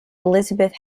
elizabeth